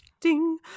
Ding